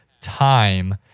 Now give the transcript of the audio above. time